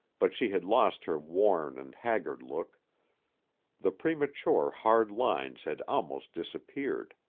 but she had lost her worn and haggard look the premature hard lines had almost disappeared